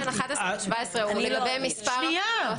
ההבדל בין 11 ל-17 הוא לגבי מספר הפניות.